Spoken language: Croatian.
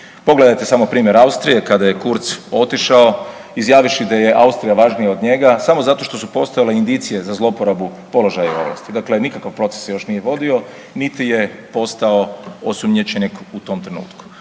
Pogledajte samo primjer Austrije, kada je Kurtz otišao izjavivši da je Austrija važnija od njega samo zato što su postojale indicije za zlouporabu položaja i ovlasti, dakle nikakav proces se još nije vodio, niti je postao osumnjičenik u tom trenutku.